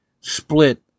split